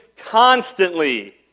constantly